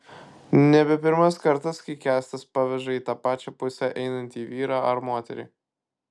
nebe pirmas kartas kai kęstas paveža į tą pačią pusę einantį vyrą ar moterį